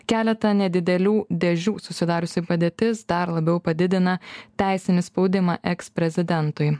keletą nedidelių dėžių susidariusi padėtis dar labiau padidina teisinį spaudimą eksprezidentui